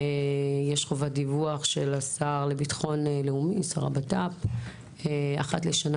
יש חובה של השר לביטחון לאומי לדווח אחת לשנה